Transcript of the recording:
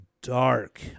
dark